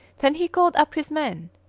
then he called up his men.